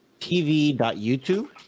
tv.youtube